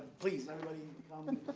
please, everybody, um and